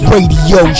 Radio